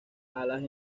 alas